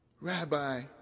Rabbi